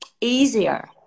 easier